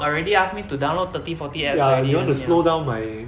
already ask me to download thirty forty apps already you want me to